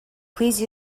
please